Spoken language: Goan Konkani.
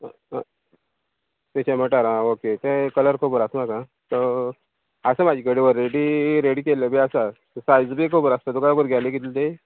आं आं स्पेशन मोटार आं ओके ते कलर खबर आसा म्हाका आसा म्हाजे कडेन वर रेडी केल्ले बी आसा सायज बी खबर आसता तुका भुरगेले कितली ती